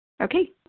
Okay